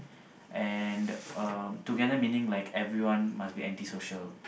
and um together meaning like everyone must be antisocial